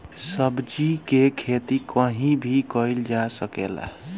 सब्जी के खेती कहीं भी कईल जा सकेला